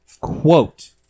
Quote